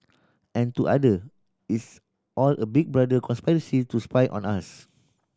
and to other it's all a Big Brother conspiracy to spy on us